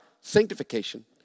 sanctification